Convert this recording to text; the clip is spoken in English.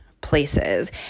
places